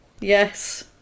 yes